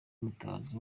mutabazi